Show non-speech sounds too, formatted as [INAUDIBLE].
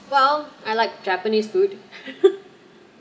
well I like japanese food [LAUGHS]